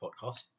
podcast